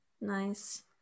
nice